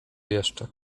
jeszcze